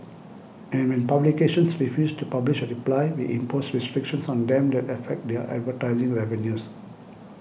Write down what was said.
and when publications refuse to publish a reply we impose restrictions on them that affect their advertising revenues